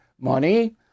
money